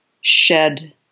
shed